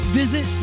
visit